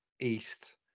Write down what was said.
east